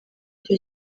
icyo